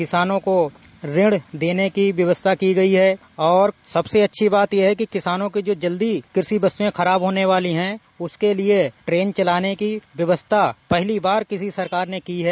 किसानों को ऋण देने की व्यवस्था की गई है और सबसे अच्छी बात यह है कि किसानों की जो जल्दी कृषि व्यवस्था खराब होने वाली वस्तुएं हैं उसके लिए ट्रेन चलाने की व्यवस्था पहली बार किसी सरकार ने की है